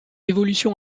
évolution